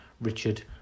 Richard